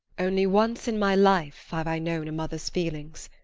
only once in my life have i known a mother's feelings.